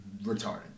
retarded